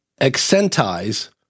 Accentize